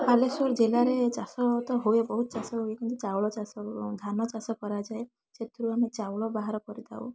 ବାଲେଶ୍ୱର ଜିଲ୍ଲାରେ ଚାଷ ତ ହୁଏ ବହୁତ ଚାଷ ହୁଏ କିନ୍ତୁ ଚାଉଳ ଚାଷ ଧାନ ଚାଷ କରାଯାଏ ସେଥୁରୁ ଆମେ ଚାଉଳ ବାହାର କରିଥାଉ